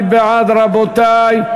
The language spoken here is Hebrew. מי בעד, רבותי?